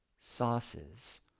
sauces